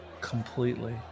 completely